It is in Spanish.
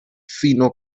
fino